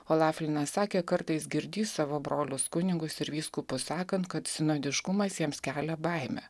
olaflinas sakė kartais girdįs savo brolius kunigus ir vyskupus sakant kad sinodiškumas jiems kelia baimę